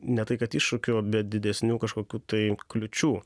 ne tai kad iššūkių bet didesnių kažkokių tai kliūčių